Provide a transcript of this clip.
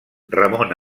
ramon